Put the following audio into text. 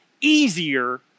easier